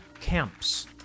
camps